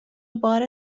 بار